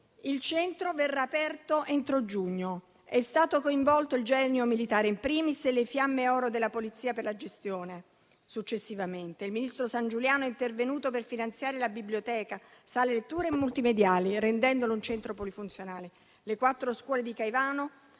Il centro verrà aperto entro giugno. È stato coinvolto il genio militare, *in primis*, e le Fiamme oro della Polizia per la gestione successiva. Il ministro Sangiuliano è intervenuto per finanziare la biblioteca, con sale lettura e multimediali, rendendolo un centro polifunzionale. Le quattro scuole di Caivano